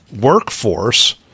workforce